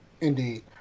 indeed